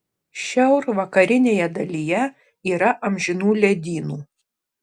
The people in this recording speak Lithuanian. šiaurvakarinėje dalyje yra amžinų ledynų